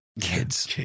kids